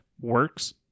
works